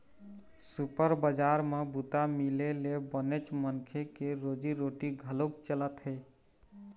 super बजार म बूता मिले ले बनेच मनखे के रोजी रोटी घलोक चलत हे